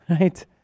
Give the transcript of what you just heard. Right